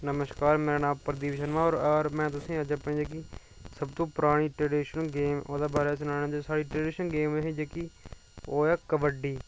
नमस्कार मेरा नांऽ प्रदीप शर्मा होर में तुसें ईं अज्ज अपनी जेह्की सबतूं परानी ट्रडीशनल गेम बारै सनाना चांह्दा साढ़ी ट्रडीशन गेम ही जेह्की ओह् ऐ कबड्डी